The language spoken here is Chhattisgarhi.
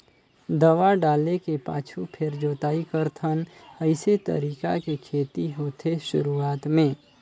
दवा डाले के पाछू फेर जोताई करथन अइसे तरीका के खेती होथे शुरूआत में